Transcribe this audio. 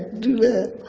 do that.